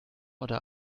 oder